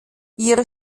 ihre